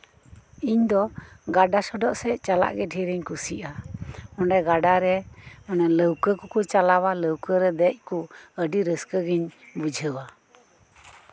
ᱤᱧ ᱫᱚ ᱜᱟᱰᱟ ᱥᱚᱰᱚᱜ ᱥᱮᱫ ᱪᱟᱞᱟᱜ ᱜᱮ ᱫᱷᱮᱨ ᱤᱧ ᱠᱩᱥᱤᱭᱟᱼᱟ ᱚᱸᱰᱮ ᱜᱟᱰᱟᱨᱮ ᱚᱱᱮ ᱞᱟᱹᱣᱠᱟᱹ ᱠᱚᱠᱚ ᱪᱟᱞᱟᱣᱟ ᱞᱟᱹᱣᱠᱟᱹ ᱨᱮ ᱫᱮᱡ ᱠᱚ ᱟᱰᱤ ᱨᱟᱹᱥᱠᱟᱹ ᱜᱮᱧ ᱵᱩᱡᱷᱟᱹᱣᱟ